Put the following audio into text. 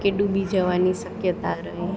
કે ડૂબી જવાની શક્યતા રહે